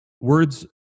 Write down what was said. words